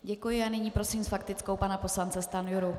Děkuji a nyní prosím s faktickou pana poslance Stanjuru.